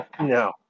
No